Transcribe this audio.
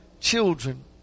children